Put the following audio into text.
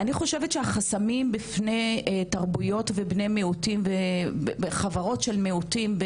אני חושבת שהחסמים בפני תרבויות ובני מיעוטים בחברות של מיעוטים,